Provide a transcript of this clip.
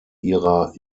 ihrer